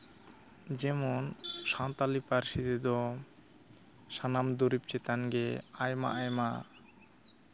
ᱡᱮᱢᱚᱱ ᱥᱟᱱᱛᱟᱲᱤ ᱯᱟᱹᱨᱥᱤ ᱛᱮᱫᱚ ᱥᱟᱱᱟᱢ ᱫᱩᱨᱤᱵᱽ ᱪᱮᱛᱟᱱᱜᱮ ᱟᱭᱢᱟ ᱟᱭᱢᱟ